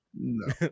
No